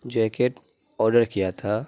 jacket order کیا تھا